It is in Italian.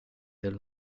del